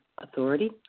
authority